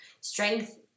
Strength